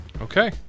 Okay